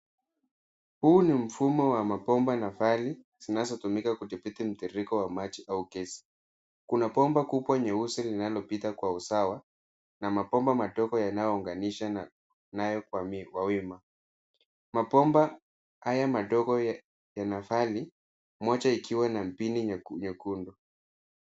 Huu ni mfumo wa mabomba na vali zinazotumika kudihbiti mtiririko wa maji au gesi. Kuna bomba kubwa nyeusi linalopita kwa usawa, na mabomba madogo yanayounganisha na kwa wima. Mabomba haya madogo yana vali, moja ikiwa na mpini nyekundu.